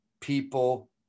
people